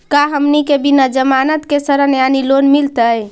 का हमनी के बिना जमानत के ऋण यानी लोन मिलतई?